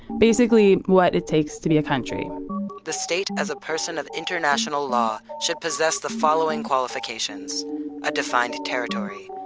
basically, what it takes to be a country the state as a person of international law should possess the following qualifications a defined territory,